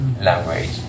language